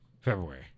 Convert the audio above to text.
February